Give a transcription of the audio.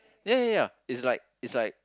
ya ya ya is like is like